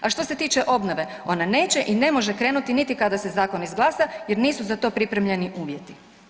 A što se tiče obnove, ona neće i ne može krenuti niti kada se zakon izglasa jer nisu za to pripremljeni uvjeti.